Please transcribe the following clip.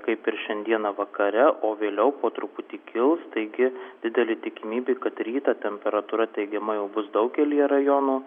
kaip ir šiandieną vakare o vėliau po truputį kils taigi didelė tikimybė kad rytą temperatūra teigiama jau bus daugelyje rajonų